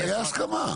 הייתה הסכמה.